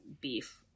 beef